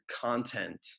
content